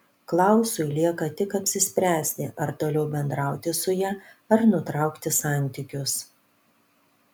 klausui lieka tik apsispręsti ar toliau bendrauti su ja ar nutraukti santykius